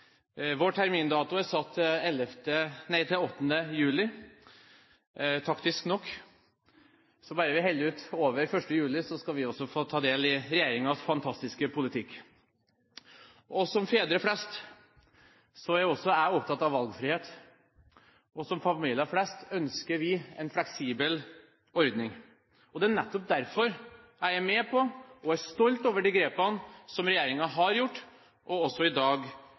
Vår termindato er satt til 8. juli, taktisk nok. Så bare vi holder ut over 1. juli, skal vi også få ta del i regjeringens fantastiske politikk. Som fedre flest er også jeg opptatt av valgfrihet. Og som familier flest ønsker vi en fleksibel ordning. Det er nettopp derfor jeg er med på og er stolt over de grepene som regjeringen har gjort, og også gjør i dag.